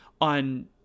on